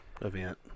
event